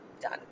Done